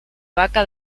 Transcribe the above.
vaca